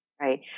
Right